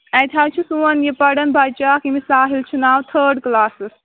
اَتہِ حظ چھُ سون یہِ پَران بَچہِ اکھ ییٚمِس ساہِل چھُ ناو تھٲڑ کٕلاسَس